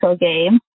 game